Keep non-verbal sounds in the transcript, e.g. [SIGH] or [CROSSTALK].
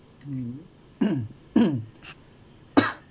mm [COUGHS] [COUGHS] [COUGHS]